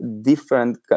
different